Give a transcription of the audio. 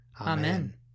amen